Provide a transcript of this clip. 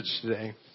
today